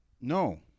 No